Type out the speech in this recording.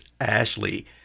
ashley